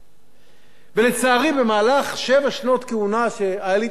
במהלך שבע שנות הכהונה שהיתה לי הזכות הגדולה לשרת בהן בכנסת,